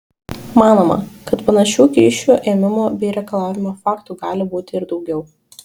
manoma kad panašių kyšių ėmimo bei reikalavimo faktų gali būti ir daugiau